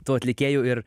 tų atlikėjų ir